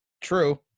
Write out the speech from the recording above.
True